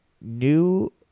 new